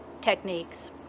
techniques